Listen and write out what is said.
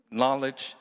knowledge